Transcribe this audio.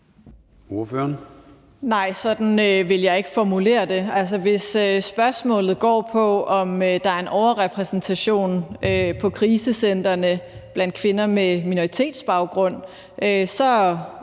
Nej, sådan vil jeg ikke formulere det. Altså, hvis spørgsmålet går på, om der er en overrepræsentation på krisecentrene af kvinder med minoritetsbaggrund, så